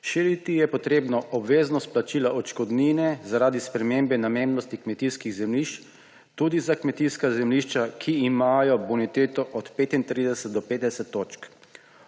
širiti je treba obveznost plačila odškodnine zaradi spremembe namembnosti kmetijskih zemljišč tudi za kmetijska zemljišča, ki imajo boniteto od 35 do 50 točk;